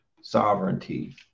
Sovereignty